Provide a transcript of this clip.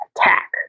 attack